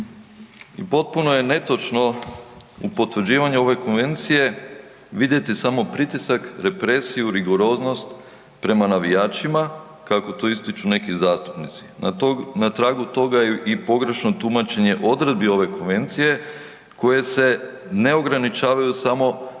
I potpuno je netočno u potvrđivanju ove konvencije vidjeti samo pritisak, represiju, rigoroznost prema navijačima, kako ti ističu neki zastupnici. Na tragu toga je i pogrešno tumačenje odredbi ove konvencije koje se ne ograničavaju samo